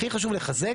הכי חשוב לחזק